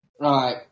Right